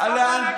להנדס